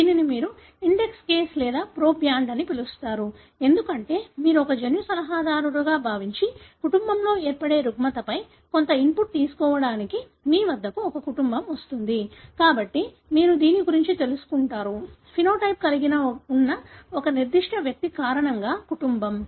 దీనిని మీరు index case లేదా ప్రోబ్యాండ్ అని పిలుస్తారు ఎందుకంటే మీరు ఒక జన్యు సలహాదారుగా భావించి కుటుంబంలో ఏర్పడే రుగ్మతపై కొంత ఇన్పుట్ తీసుకోవడానికి మీ వద్దకు ఒక కుటుంబం వస్తుంది కాబట్టి మీరు దీని గురించి తెలుసుకుంటారు ఫెనోటైప్ కలిగి ఉన్న ఒక నిర్దిష్ట వ్యక్తి కారణంగా కుటుంబం